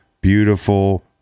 beautiful